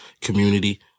community